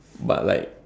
but like